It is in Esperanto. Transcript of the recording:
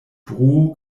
bruo